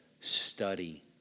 study